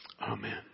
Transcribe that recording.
Amen